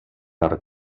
per